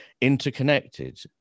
interconnected